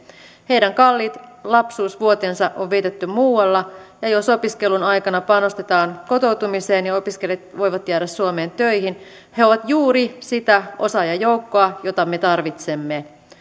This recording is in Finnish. heidän kalliit lapsuusvuotensa on vietetty muualla ja jos opiskelun aikana panostetaan kotoutumiseen ja opiskelijat voivat jäädä suomeen töihin he ovat juuri sitä osaajajoukkoa jota me tarvitsemme